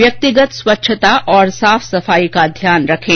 व्यक्तिगत स्वच्छता और साफ सफाई का ध्यान रखें